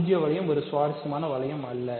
பூஜ்ஜிய வளையம் ஒரு சுவாரஸ்யமான வளையம் அல்ல